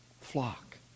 flock